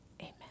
Amen